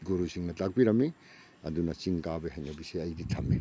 ꯒꯨꯔꯨꯁꯤꯡꯅ ꯇꯥꯛꯄꯤꯔꯝꯏ ꯑꯗꯨꯅ ꯆꯤꯡ ꯀꯥꯕꯩ ꯍꯩꯅꯕꯤꯁꯦ ꯑꯩꯗꯤ ꯊꯝꯏ